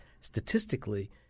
statistically